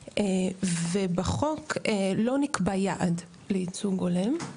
ובחוק לא נקבע יעד לייצוג הולם,